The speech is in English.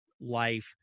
life